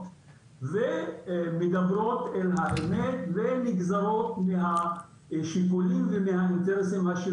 ומדברות אל האמת ונגזרות מהשיקולים והאינטרסים.